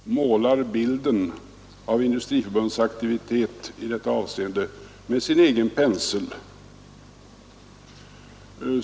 Herr talman! Jag vill bara konstatera att handelsministern målar bilden av Industriförbundets aktivitet i detta avseende med sin egen pensel.